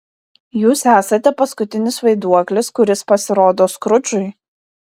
jūs esate paskutinis vaiduoklis kuris pasirodo skrudžui